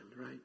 right